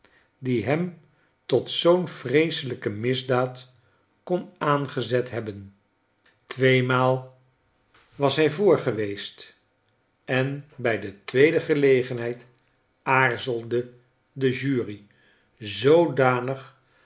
die hem tot zoo'n vreeselijke misdaad kon aangezet hebben tweemaal was hij voor geweest en bij de tweede gelegenheid aarzelde de jury zoodanig